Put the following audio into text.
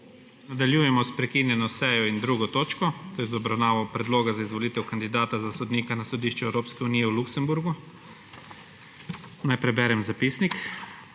s prekinjeno sejo in **2. točko, to je z obravnavo Predloga za izvolitev kandidata za sodnika na Sodišče Evropske unije v Luksemburgu.** Naj preberem zapisnik.